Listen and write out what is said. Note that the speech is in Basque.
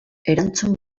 erantzun